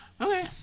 okay